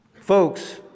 Folks